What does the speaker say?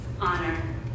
honor